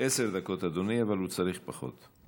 עשר דקות, אדוני, אבל הוא צריך פחות.